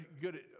good